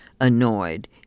annoyed